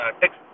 text